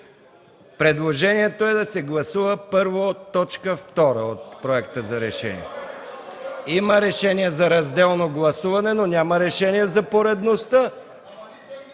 Предложението е да се гласува първо точка втора от Проекта за решение. (Шум и реплики в ГЕРБ.) Има решение за разделно гласуване, но няма решение за поредността.